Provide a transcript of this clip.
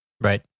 Right